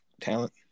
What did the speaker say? talent